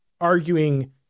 arguing